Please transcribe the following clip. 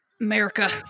America